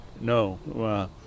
No